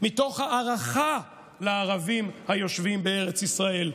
מתוך ההערכה לערבים היושבים בארץ ישראל,